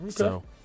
Okay